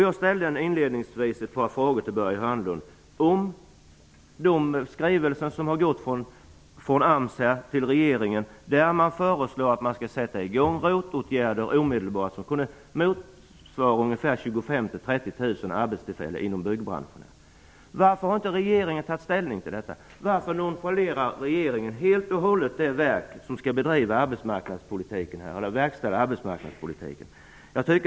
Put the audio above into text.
Jag ställde inledningsvis ett par frågor till Börje Hörnlund om de skrivelser som har gått från AMS till regeringen där man föreslår att man omedelbart skall sätta i gång ROT-åtgärder som motsvarar ungefär 25 000 till 30 000 arbetstillfällen inom byggbranschen. Varför har inte regeringen tagit ställning till detta? Varför nonchalerar regeringen helt och hållet det verk som skall verkställa arbetsmarknadspolitiken?